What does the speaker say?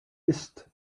ist